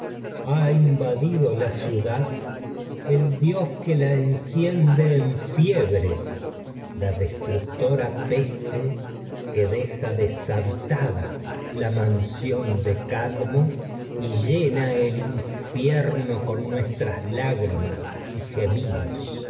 ha invadido la ciudad el dios fiebre la destructora de cadmo enciende la en peste que deja des habitada mansión y llena el es infierno yo con nuestras lágrimas que y gemidos